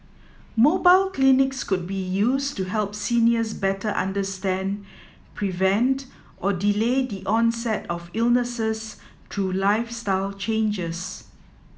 mobile clinics could be used to help seniors better understand prevent or delay the onset of illnesses through lifestyle changes